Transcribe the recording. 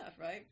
right